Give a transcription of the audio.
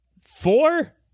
four